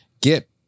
get